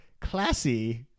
classy